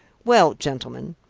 well, gentlemen,